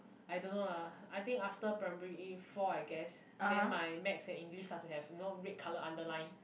I don't know lah I think after primary four I guess then my maths and english start to have you know red colour underline